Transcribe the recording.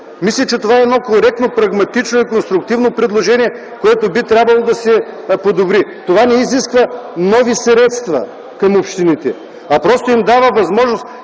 Мисля, че това е едно коректно прагматично и конструктивно предложение, което би трябвало да се одобри. Това не изисква нови средства към общините, а просто им дава възможност